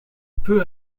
peu